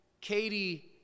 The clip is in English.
Katie